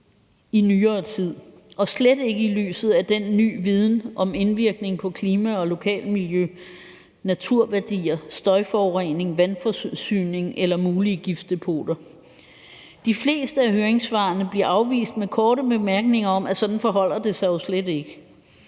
i nyere tid og slet ikke i lyset af den ny viden om indvirkning på klima og lokalmiljø, naturværdier, støjforurening, vandforsyning eller mulige giftdepoter. De fleste af høringssvarene bliver afvist med korte bemærkninger om, at sådan forholder det sig jo slet ikke.